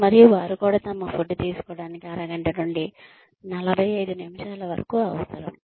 మరియు వారు కూడా తమ ఫుడ్ తీసుకోవడానికి అరగంట నుండి 45 నిమిషాల వరకు అవసరం